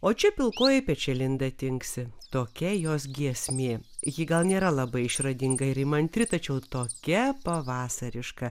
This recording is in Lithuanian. o čia pilkoji pečialinda tinksi tokia jos giesmė ji gal nėra labai išradinga ir įmantri tačiau tokia pavasariška